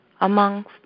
amongst